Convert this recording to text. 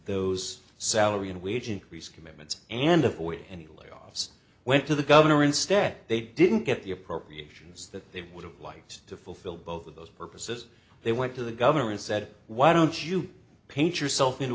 those salary and wage increase commitments and avoid any layoffs went to the governor instead they didn't get the appropriations that they would have liked to fulfill both of those purposes they went to the governor and said why don't you paint yourself in